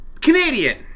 Canadian